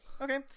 Okay